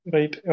Right